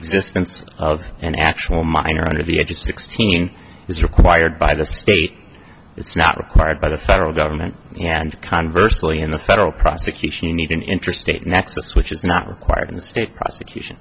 existence of an actual minor under the age of sixteen is required by the state it's not required by the federal government and conversely in the federal prosecution you need an interstate nexus which is not required in the state prosecution